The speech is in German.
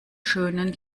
schönen